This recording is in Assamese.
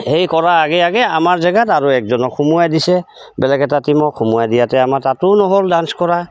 সেই কৰা আগে আগে আমাৰ জেগাত আৰু একজনক সোমোৱাই দিছে বেলেগ এটা টিমক সোমোৱাই দিয়াত আমাৰ তাতো নহ'ল ডান্স কৰা